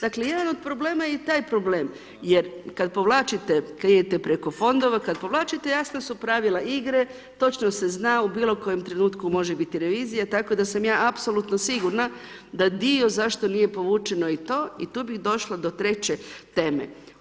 Dakle, jedan od problema je i taj problem, jer kad povlačite, kad idete preko fondova, kad povlačite, jasna su pravila igre, točno se zna u bilo kojem trenutku može biti revizija, tako da sam ja apsolutno siguran da dio zašto nije povučeno, i to, i tu bih došla do treće teme.